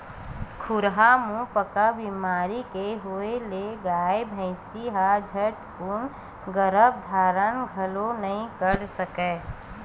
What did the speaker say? खुरहा मुहंपका बेमारी के होय ले गाय, भइसी ह झटकून गरभ धारन घलोक नइ कर सकय